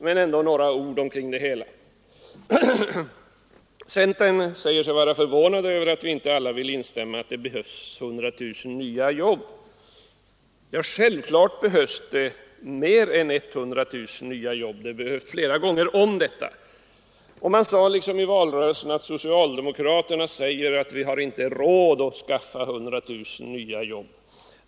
Men jag vill ändå säga några ord i sammanhanget. Centern säger sig vara förvånad över att inte alla vill instämma i att det behövs 100 000 nya jobb. Självfallet behövs det mer än 100 000 nya jobb — vi behöver detta antal många gånger om. I valrörelsen gjorde företrädare för centern gällande att socialdemokraterna sagt att vi inte har råd att skaffa 100 000 nya jobb.